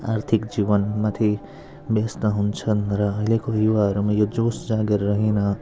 आर्थिक जीवनमाथि व्यस्त हुन्छन् र अहिलेको युवाहरूमा यो जोस जाँगर रहेन